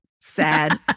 sad